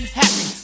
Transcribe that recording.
happy